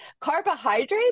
carbohydrates